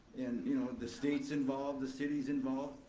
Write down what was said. and you know, the state's involved, the city's involved.